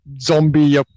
Zombie